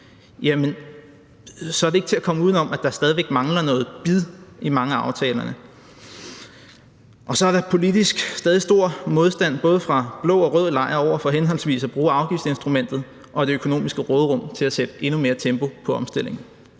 så er det ikke til at komme udenom, at der stadig væk mangler noget bid i mange af aftalerne. Og så er der politisk stadig stor modstand – både hos blå og rød lejr – over for henholdsvis at bruge afgiftsinstrumentet og det økonomiske råderum til at sætte endnu mere tempo på omstillingen.